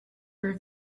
were